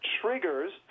triggers